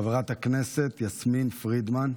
חברת הכנסת יסמין פרידמן,